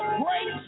great